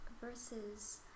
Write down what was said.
versus